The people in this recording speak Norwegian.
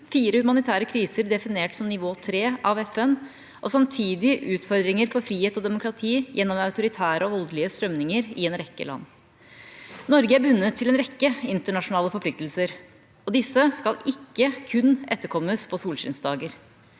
fire humanitære kriser definert som «nivå 3» av FN, og samtidig utfordringer for frihet og demokrati gjennom autoritære og voldelige strømninger i en rekke land. Norge er bundet til en rekke internasjonale forpliktelser, og disse skal ikke kun etterkommes på solskinnsdager.